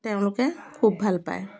তেওঁলোকে খুব ভাল পায়